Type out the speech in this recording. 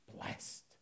blessed